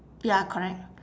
ya correct